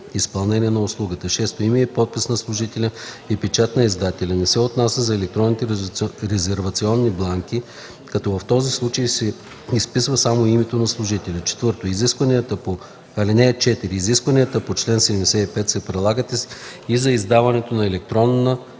изпълнение на услугата; 6. име и подпис на служителя и печат на издателя – не се отнася за електронните резервационни бланки, като в този случай се изписва само името на служителя. (4) Изискванията по чл. 75 се прилагат и за издаването на електронна